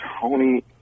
Tony